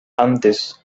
antes